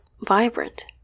vibrant